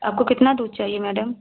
आपको कितना दूध चाहिए मैडम